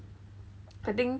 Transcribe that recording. I think